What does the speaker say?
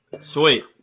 sweet